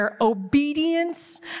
obedience